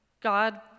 God